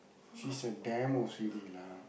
she's a damn O_C_D lah